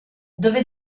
dove